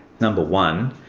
number one,